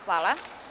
Hvala.